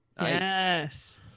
Yes